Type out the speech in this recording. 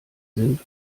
sind